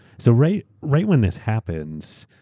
so right right when this happens,